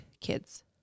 kids